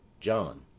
JOHN